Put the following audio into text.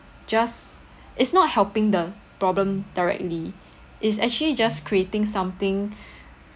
just it's not helping the problem directly it's actually just creating something